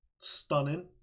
stunning